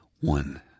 one